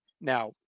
Now